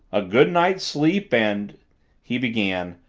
a good night's sleep and he began,